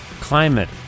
climate